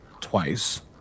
twice